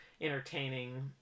entertaining